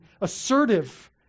assertive